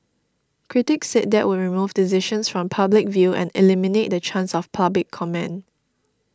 critics said that would remove decisions from public view and eliminate the chance for public comment